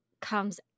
comes